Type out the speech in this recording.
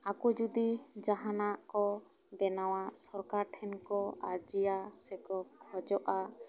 ᱟᱠᱚ ᱡᱩᱫᱤ ᱡᱟᱦᱟᱸ ᱱᱟᱜ ᱠᱚ ᱵᱮᱱᱟᱣᱟ ᱥᱟᱨᱠᱟᱨ ᱴᱷᱮᱱ ᱠᱚ ᱟᱹᱨᱡᱤᱭᱟ ᱥᱮ ᱠᱚ ᱠᱷᱚᱡᱚᱜᱼᱟ